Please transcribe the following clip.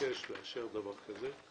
לבקש לאשר דבר כזה.